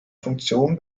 funktionen